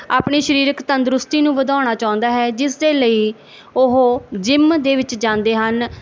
ਆਪਣੀ ਸਰੀਰਕ ਤੰਦਰੁਸਤੀ ਨੂੰ ਵਧਾਉਣਾ ਚਾਹੁੰਦਾ ਹੈ ਜਿਸ ਦੇ ਲਈ ਉਹ ਜਿਮ ਦੇ ਵਿੱਚ ਜਾਂਦੇ ਹਨ